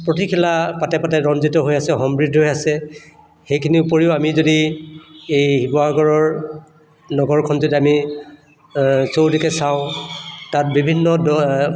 প্ৰতিখিলা পাতে পাতে ৰঞ্জিত হৈ আছে সমৃদ্ধ হৈ আছে সেইখিনিৰ উপৰিও আমি যদি এই শিৱসাগৰৰ নগৰখন যদি আমি চৌদিশে চাওঁ তাত বিভিন্ন